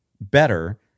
better